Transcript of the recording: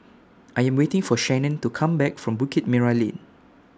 I Am waiting For Shanon to Come Back from Bukit Merah Lane